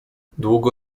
długo